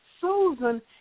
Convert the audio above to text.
Susan